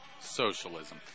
Socialism